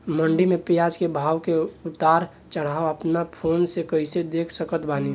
मंडी मे प्याज के भाव के उतार चढ़ाव अपना फोन से कइसे देख सकत बानी?